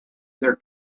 their